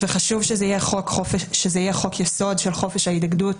וחשוב שזה יהיה חוק יסוד של חופש ההתאגדות.